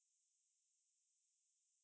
oh so did you didn't go for work today